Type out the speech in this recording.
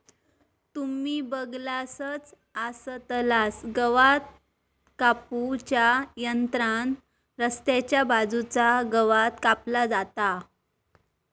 तुम्ही बगलासच आसतलास गवात कापू च्या यंत्रान रस्त्याच्या बाजूचा गवात कापला जाता